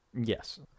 Yes